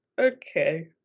okay